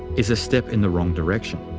is a step in the wrong direction.